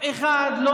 משפט סיכום.